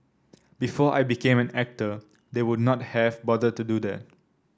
before I became an actor they would not have bothered to do that